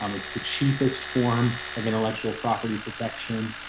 um it's the cheapest form of intellectual property protection.